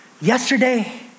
yesterday